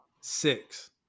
six